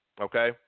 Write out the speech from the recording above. okay